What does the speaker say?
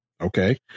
Okay